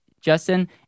Justin